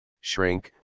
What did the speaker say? shrink